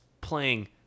playing